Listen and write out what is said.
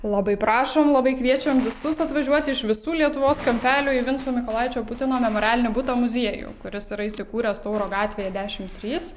labai prašom labai kviečiam visus atvažiuoti iš visų lietuvos kampelių į vinco mykolaičio putino memorialinį butą muziejų kuris yra įsikūręs tauro gatvėje dešimt trys